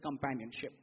companionship